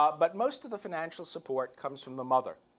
but but most of the financial support comes from the mother,